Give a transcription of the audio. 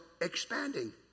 expanding